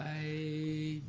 a